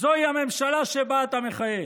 זוהי הממשלה שבה אתה מכהן.